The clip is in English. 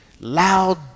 loud